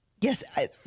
Yes